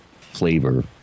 flavor